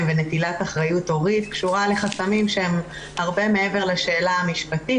ונטילת אחריות הורית קשורה לחסמים שהם הרבה מעבר לשאלה המשפטית.